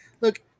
look